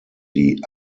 die